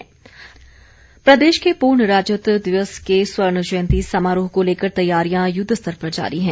पूर्ण राज्यत्व तैयारी प्रदेश के पूर्ण राज्यत्व दिवस के स्वर्ण जयंती समारोह को लेकर तैयारियां युद्धस्तर पर जारी हैं